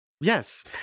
Yes